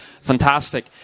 Fantastic